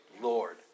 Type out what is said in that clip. Lord